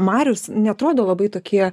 marius neatrodo labai tokie